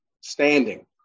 standing